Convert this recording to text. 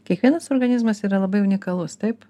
kiekvienas organizmas yra labai unikalus taip